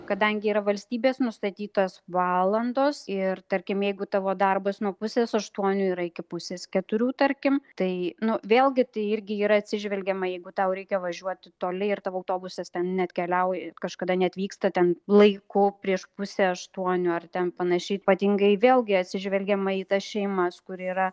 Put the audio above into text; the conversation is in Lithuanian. kadangi yra valstybės nustatytos valandos ir tarkim jeigu tavo darbas nuo pusės aštuonių yra iki pusės keturių tarkim tai nu vėlgi tai irgi yra atsižvelgiama jeigu tau reikia važiuoti toli ir tavo autobusas ten neatkeliauja kažkada neatvyksta ten laiku prieš pusę aštuonių ar ten panašiai ypatingai vėlgi atsižvelgiama į tas šeimas kur yra